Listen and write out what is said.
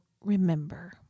remember